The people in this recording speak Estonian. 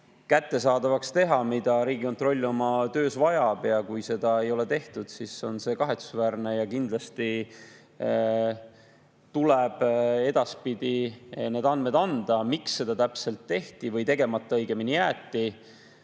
kättesaadavaks teha need andmed, mida Riigikontroll oma töös vajab. Kui seda ei ole tehtud, siis on see kahetsusväärne ja kindlasti tuleb edaspidi need andmed anda. Miks seda täpselt tehti või õigemini see